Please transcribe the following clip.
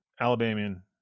Alabamian